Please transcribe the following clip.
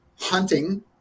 hunting